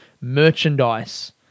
merchandise